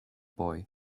boy